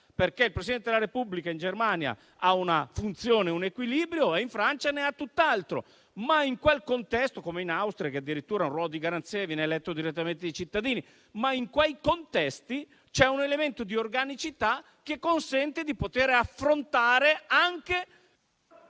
perché il Presidente della Repubblica in Germania ha una funzione e un equilibrio e in Francia ne ha tutt'altro, così come in Austria, dove ha addirittura un ruolo di garanzia e viene eletto direttamente dai cittadini. In quei contesti, però, c'è un elemento di organicità che consente di affrontare anche